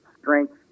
strength